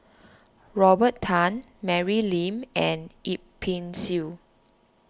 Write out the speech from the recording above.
Robert Tan Mary Lim and Yip Pin Xiu